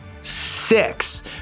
six